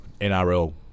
NRL